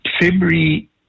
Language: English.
February